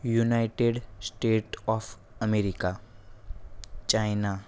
United States of America China